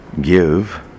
give